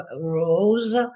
rose